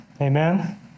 Amen